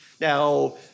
now